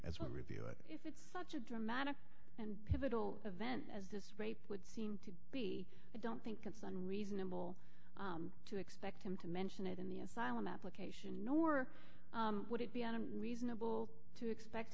we review it if it's such a dramatic and pivotal event as this rate would seem to be i don't think it's unreasonable to expect him to mention it in the asylum application nor would it be on a reasonable to expect